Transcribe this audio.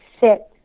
sit